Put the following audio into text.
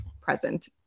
present